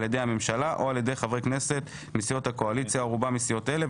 ידי הממשלה או על ידי חברי כנסת מסיעות הקואליציה או רובם מסיעות אלו,